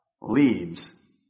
leads